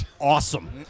awesome